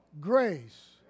grace